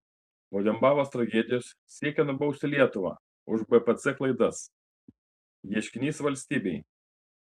po dembavos tragedijos siekia nubausti lietuvą už bpc klaidas ieškinys valstybei